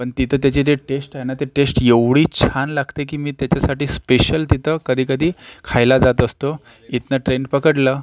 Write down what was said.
तिथे त्याची जे टेष्ट आहे ना ते टेष्ट एवढी छान लागते की मी त्याच्यासाठी स्पेशल तिथं कधीकधी खायला जात असतो इथनं ट्रेन पकडलं